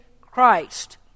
Christ